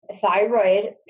thyroid